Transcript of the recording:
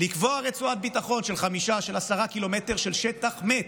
לקבוע רצועת ביטחון של 5, של 10 ק"מ שטח מת,